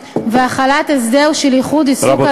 והחלת הסדר של ייחוד עיסוק על הבורר,